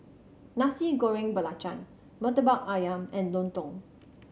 Nasi Goreng Belacan Murtabak Ayam and Lontong